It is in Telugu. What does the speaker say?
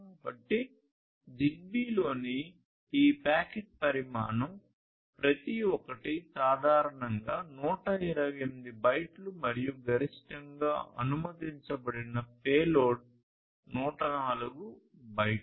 కాబట్టి జిగ్బీలోని ఈ ప్యాకెట్ పరిమాణం ప్రతి ఒక్కటి సాధారణంగా 128 బైట్లు మరియు గరిష్టంగా అనుమతించబడిన పేలోడ్ 104 బైట్లు